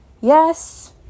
Yes